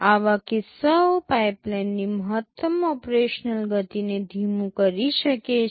આવા કિસ્સાઓ પાઇપલાઇનની મહત્તમ ઓપરેશનલ ગતિને ધીમું કરી શકે છે